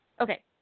okay